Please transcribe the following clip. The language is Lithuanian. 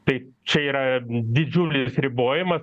tai čia yra didžiulis ribojimas